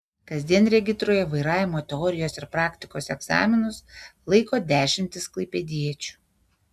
kasdien regitroje vairavimo teorijos ir praktikos egzaminus laiko dešimtys klaipėdiečių